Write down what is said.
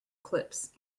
clips